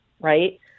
right